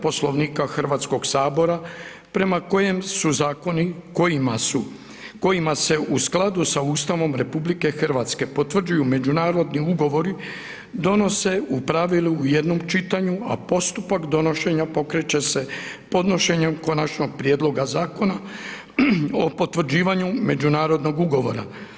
Poslovnika Hrvatskog sabora prema kojem su zakoni kojima su u skladu sa Ustavom RH potvrđuju međunarodni ugovoru donose u pravilu u jednom čitanju a postupak donošenja pokreće se podnošenjem Konačnog prijedloga Zakona o potvrđivanju međunarodnog ugovora.